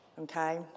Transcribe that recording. Okay